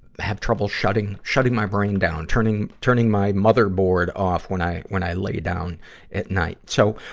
have trouble shutting, shutting my brain down, turning, turning my motherboard off when i, when i lay down at night. so,